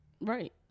Right